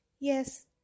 Yes